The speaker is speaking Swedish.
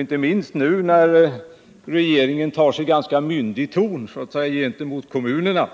Inte minst nu, när regeringen tar sig ganska myndig ton gentemot kommunerna